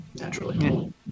naturally